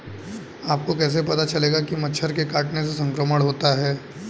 आपको कैसे पता चलेगा कि मच्छर के काटने से संक्रमण होता है?